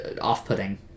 off-putting